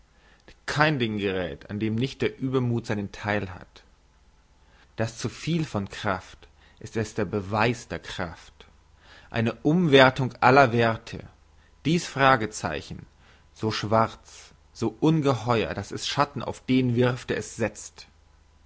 heiterkeit kein ding geräth an dem nicht der übermuth seinen theil hat das zuviel von kraft erst ist der beweis der kraft eine umwerthung aller werthe dies fragezeichen so schwarz so ungeheuer dass es schatten auf den wirft der es setzt